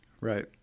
Right